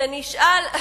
אז צדקת,